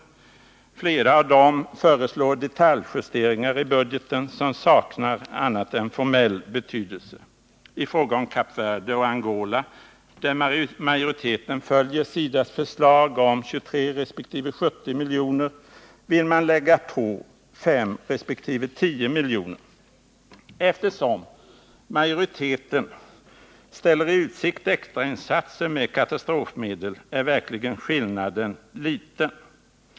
I flera av dem föreslås detaljjusteringar i budgeten som saknar annat än formell betydelse. I fråga om Kap Verde och Angola, där majoriteten följer SIDA:s förslag om 23 resp. 70 milj.kr., vill man lägga på 5 resp. 10 milj.kr. Eftersom majoriteten ställer i utsikt extrainsatser med katastrofmedel, är skillnaden verkligen liten.